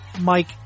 Mike